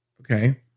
Okay